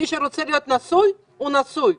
מי שרוצה להיות נשוי הוא נשוי,